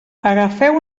agafeu